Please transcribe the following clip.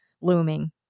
looming